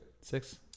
Six